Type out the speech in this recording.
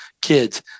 kids